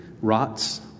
rots